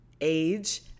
age